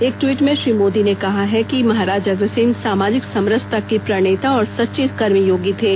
एक ट्वीट में श्री मोदी ने कहा कि महाराज अग्रसेन सामाजिक समरसता के प्रणेता और सच्चे कर्मयोगी थे